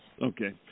Okay